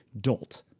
dolt